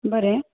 बरें